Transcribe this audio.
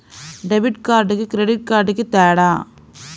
Debit కార్డుకి credit కార్డుకి తేడా?